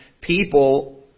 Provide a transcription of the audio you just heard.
people